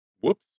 Whoops